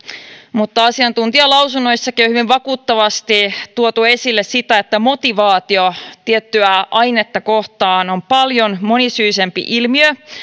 mutta asiantuntijalausunnoissakin on hyvin vakuuttavasti tuotu esille sitä että motivaatio tiettyä ainetta kohtaan on paljon monisyisempi ilmiö